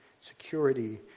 security